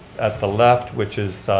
at the left which is